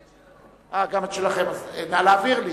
גם שלכם, אז נא להעביר לי.